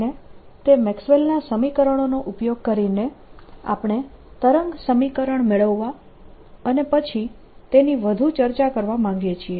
અને તે મેક્સવેલના સમીકરણોનો ઉપયોગ કરીને આપણે તરંગ સમીકરણ મેળવવા અને પછી તેની વધુ ચર્ચા કરવા માંગીએ છીએ